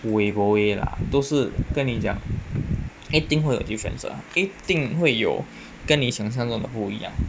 wu eh bo eh lah 都是跟你讲一定会有 difference 的啦一定会有跟你想像中的不一样